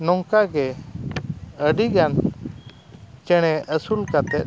ᱱᱚᱝᱠᱟ ᱜᱮ ᱟᱹᱰᱤ ᱜᱟᱱ ᱪᱮᱬᱮ ᱟᱹᱥᱩᱞ ᱠᱟᱛᱮᱫ